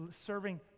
serving